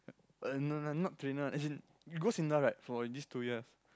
uh no no not trainer as in you go Sinda right for these two years